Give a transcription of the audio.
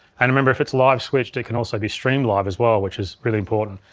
and remember if it's live switched, it can also be streamed live as well, which is really important.